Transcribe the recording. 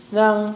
ng